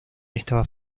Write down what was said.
estaba